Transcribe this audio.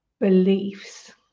beliefs